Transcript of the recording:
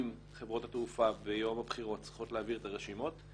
אם חברות התעופה ביום הבחירות צריכות להעביר את הרשימות,